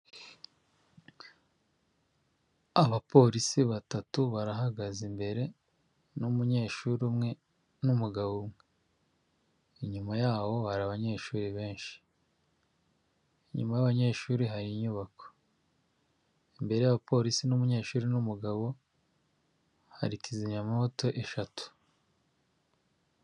Abapolisi batatu barahagaze imbere n'umunyeshuri umwe n'umugabo umwe, inyuma yaho hari abanyeshuri benshi, inyuma y'abanyeshuri hari inyubako, imbere yabo ba polisi n'umunyeshuri n'umugabo, hari kizimyamwoto eshatu.